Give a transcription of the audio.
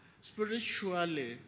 spiritually